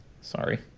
Sorry